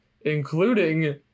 including